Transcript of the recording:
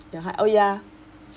your height oh ya